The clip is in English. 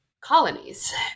colonies